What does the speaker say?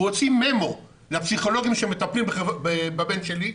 הוא הוציא ממו לפסיכולוגים שמטפלים בבן שלי,